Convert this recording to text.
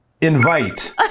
Invite